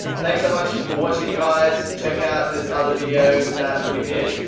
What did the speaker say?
thanks so much for watching. guys. check out this other video that we did,